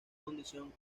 canción